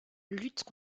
luttent